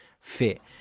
fit